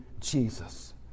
Jesus